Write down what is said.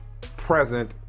present